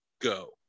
go